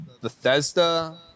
Bethesda